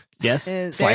Yes